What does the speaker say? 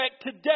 today